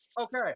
okay